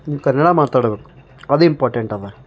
ನೀವು ಕನ್ನಡ ಮಾತಾಡಬೇಕು ಅದು ಇಂಪಾರ್ಟೆಂಟ್ ಅದ